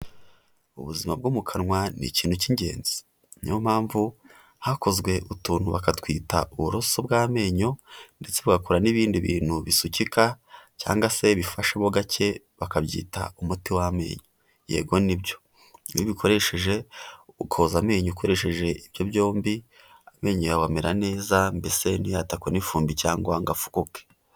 Ubuzima bwo mu kanwa ni ikintu cy'ingenzi, ni yo mpamvu hakozwe utuntu bakatwita uburoso bw'amenyo, ndetse bagakora n'ibindi bintu bisukika cyangwase bifashamo gake, bakabyita umuti w'amenyo, yego ni byo, iyo ubikoresheje ukoza amenyo ukoresheje ibyo byombi, amenyo yawe abamera neza mbese ntiyatakwe n'ifumbi cyangwa ngo afukuke.